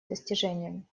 достижением